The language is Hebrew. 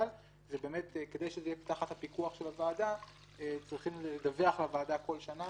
וכדי שזה יהיה תחת פיקוח צריכים לדווח לוועדה כל שנה